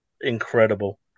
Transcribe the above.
incredible